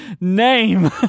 name